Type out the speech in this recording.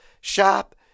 shop